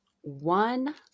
one